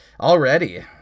already